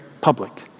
public